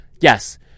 yes